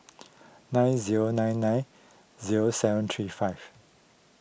nine zero nine nine zero seven three five